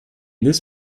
this